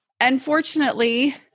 Unfortunately